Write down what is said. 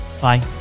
Bye